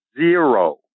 zero